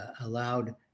allowed